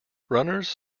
runners